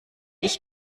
ich